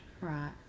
right